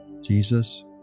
Jesus